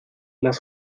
las